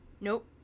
Nope